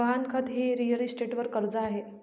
गहाणखत हे रिअल इस्टेटवर कर्ज आहे